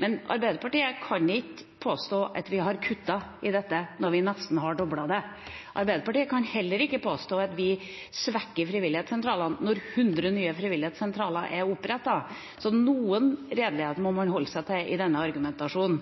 Arbeiderpartiet kan ikke påstå at vi har kuttet i dette når vi har nesten doblet det. Arbeiderpartiet kan heller ikke påstå at vi svekker frivilligsentralene når hundre nye frivilligsentraler er opprettet. Noe redelighet må man holde seg til i argumentasjonen.